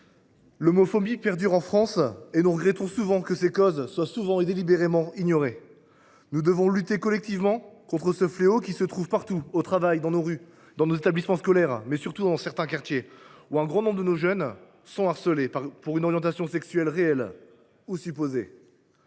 l’homophobie perdure en France, et nous regrettons que ses causes soient souvent délibérément ignorées. Nous devons lutter collectivement contre ce fléau qui sévit partout, au travail, dans nos rues, dans les établissements scolaires et, surtout, dans certains quartiers… Certains quartiers… Évidemment !… où un grand nombre de nos jeunes sont harcelés pour une orientation sexuelle réelle ou supposée.